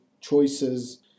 choices